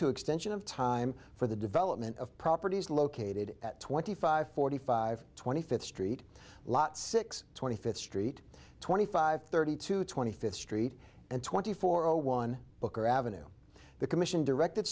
to extension of time for the development of properties located at twenty five forty five twenty fifth street lot six twenty fifth street twenty five thirty two twenty fifth street and twenty four zero one booker avenue the commission directed